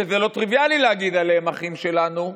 שזה לא טריוויאלי להגיד עליהם אחים שלנו,